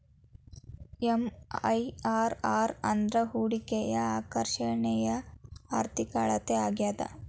MIRR ಅಂದ್ರ ಹೂಡಿಕೆಯ ಆಕರ್ಷಣೆಯ ಆರ್ಥಿಕ ಅಳತೆ ಆಗ್ಯಾದ